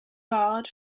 barred